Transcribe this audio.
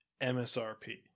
MSRP